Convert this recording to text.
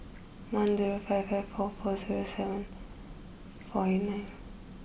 one zero five five four four zero seven four eight nine